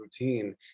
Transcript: routine